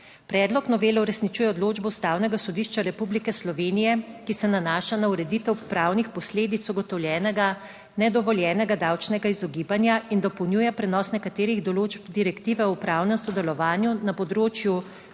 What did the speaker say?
Predlog novele uresničuje odločbo Ustavnega sodišča Republike Slovenije, ki se nanaša na ureditev pravnih posledic ugotovljenega nedovoljenega davčnega izogibanja in dopolnjuje prenos nekaterih določb direktive o upravnem sodelovanju na področju